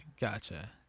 Gotcha